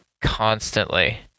constantly